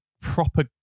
proper